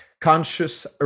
Conscious